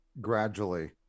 gradually